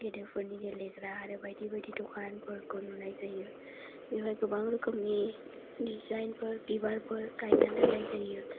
गेदेरफोरनि गेलेग्रा आरो बायदि बायदि दखानफोरखौ नुनाय जायो बेवहाय गोबां रोखामनि दिजाइनफोर बिबारफोर गायनानै दोननाय जायो